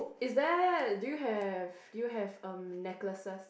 is there do you have do you have um necklaces